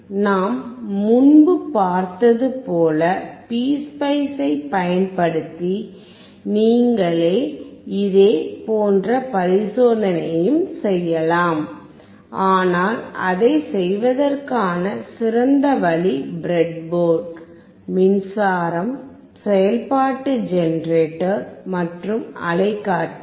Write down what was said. நாம் முன்பு பார்த்தது போல் PSpiceஐ பயன்படுத்தி நீங்கள் இதே போன்ற பரிசோதனையையும் செய்யலாம் ஆனால் அதைச் செய்வதற்கான சிறந்த வழி பிரெட் போர்டு மின்சாரம் செயல்பாட்டு ஜெனரேட்டர் மற்றும் அலைக்காட்டி